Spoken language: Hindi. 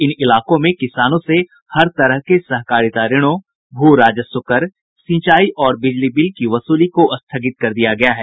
इन इलाकों में किसानों से हर तरह के सहकारिता ऋणों भू राजस्व कर सिंचाई और बिजली बिल की वसूली को स्थगित कर दिया गया है